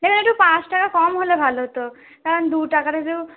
এটা একটু পাঁচ টাকা কম হলে ভালো হতো কারণ দু টাকাটা তো